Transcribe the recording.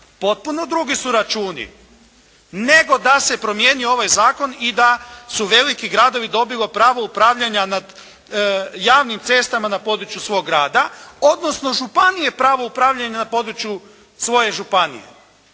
potpuno drugi su računi, nego da se promijeni ovaj zakon i da su veliki gradovi dobili pravo upravljanja nad javnim cestama na području svog rada, odnosno županije pravo upravljanja na području svoje županije.